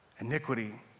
Iniquity